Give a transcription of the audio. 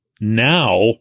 now